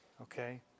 okay